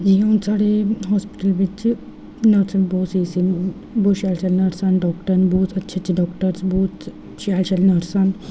जि'यां हून साढ़े हास्पिटल बिच्च नर्स बहुत स्हेई स्हेई बहुत शैल शैल नर्स न डाक्टर न बहुत अच्छे अच्छे डाक्टर बहुत शैल शैल नर्सां न